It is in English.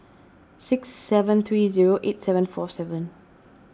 six seven three zero eight seven four seven